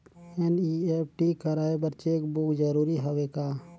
NEFT कराय बर cheque book जरूरी हवय का?